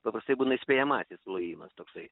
paprastai būna įspėjamasis lojimas toksai